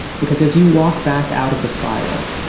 because as you walk back out of the spiral,